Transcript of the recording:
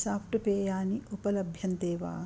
soft पेयानि उपलभ्यन्ते वा